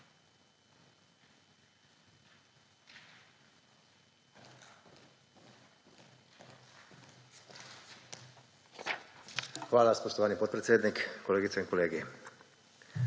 Hvala, spoštovani podpredsednik. Kolegice in kolegi!